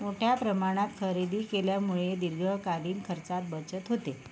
मोठ्या प्रमाणात खरेदी केल्यामुळे दीर्घकालीन खर्चात बचत होते